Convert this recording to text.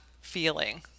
feeling